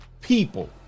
people